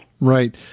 Right